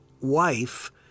wife